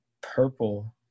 Purple